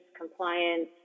compliance